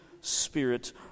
spirit